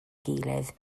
gilydd